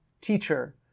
teacher